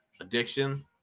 addiction